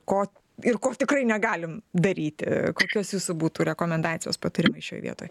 ko ir ko tikrai negalim daryti kokios jūsų būtų rekomendacijos patarimai šioj vietoj